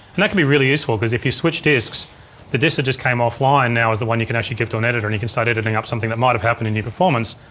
and that can be really useful because if you switch disks the disk that just came offline now is the one you can actually give to an editor, and you can start editing up something that might have happened in your performance.